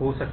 हो सकती है